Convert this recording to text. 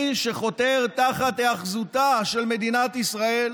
שחותר תחת היאחזותה של מדינת ישראל